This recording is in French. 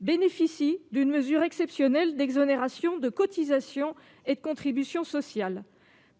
bénéficient d'une mesure exceptionnelle d'exonération de cotisations et de contributions sociales.